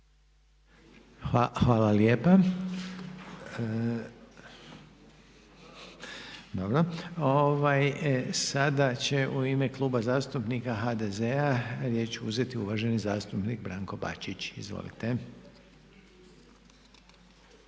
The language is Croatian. Hvala lijepa. Sada će u ime Kluba zastupnika HDZ-a riječ uzeti uvaženi zastupnik Branko Bačić, izvolite.